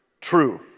true